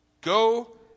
Go